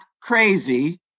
crazy